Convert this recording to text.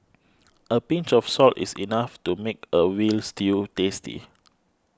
a pinch of salt is enough to make a Veal Stew tasty